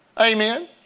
Amen